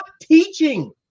teaching